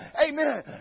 Amen